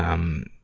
um,